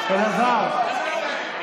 אלעזר,